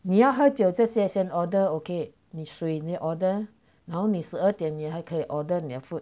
你要喝酒这些现 order okay 你水你 order 然后你十二点你才可以 order 你的 food